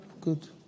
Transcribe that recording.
Good